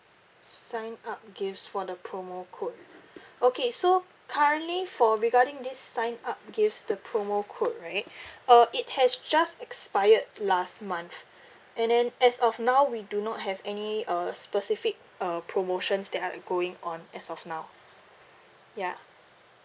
sign up gifts for the promo code okay so currently for regarding this sign up gifts the promo code right uh it has just expired last month and then as of now we do not have any uh specific uh promotions that are going on as of now ya